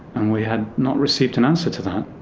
and we had not received an answer to that.